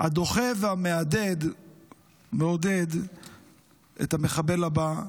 הדוחף והמעודד את המחבל הבא,